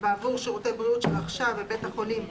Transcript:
כשאתם יושבים עם בתי החולים.